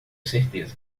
certeza